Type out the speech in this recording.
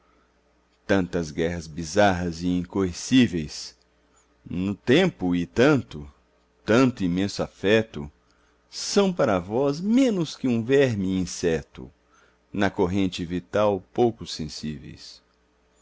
tantas guerras bizarras e incoercíveis no tempo e tanto tanto imenso afeto são para vós menos que um verme e inseto na corrente vital pouco sensíveis